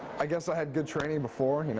i guess i had good training before.